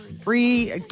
free